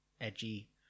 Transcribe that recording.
edgy